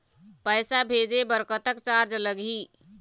पैसा भेजे बर कतक चार्ज लगही?